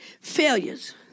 failures